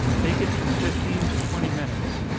bake it from fifteen to twenty minutes.